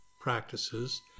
practices